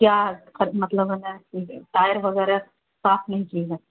کیا قد مطلب ہمیں ٹائر وغیرہ صاف نہیں کی ہے